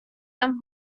там